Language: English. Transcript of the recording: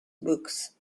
books